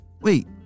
Wait